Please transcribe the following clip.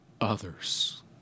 others